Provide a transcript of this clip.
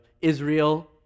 Israel